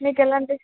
మీకు ఎలాంటి